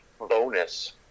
Bonus